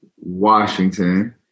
Washington